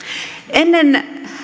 ennen